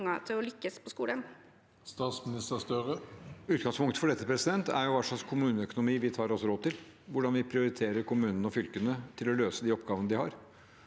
til å lykkes på skolen?